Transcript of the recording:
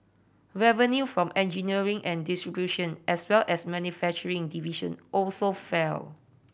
revenue from engineering and distribution as well as manufacturing division also fell